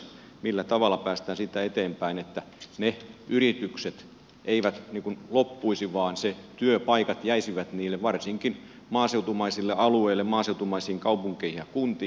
millä tavalla päästään siitä eteenpäin että ne yritykset eivät loppuisi vaan ne työpaikat jäisivät varsinkin niille maaseutumaisille alueille maaseutumaisiin kaupunkeihin ja kuntiin